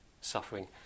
suffering